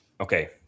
okay